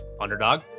Underdog